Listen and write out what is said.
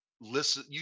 listen